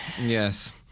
yes